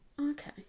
Okay